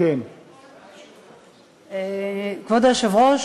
כבוד היושב-ראש,